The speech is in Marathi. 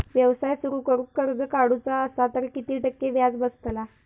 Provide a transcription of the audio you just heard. व्यवसाय सुरु करूक कर्ज काढूचा असा तर किती टक्के व्याज बसतला?